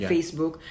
Facebook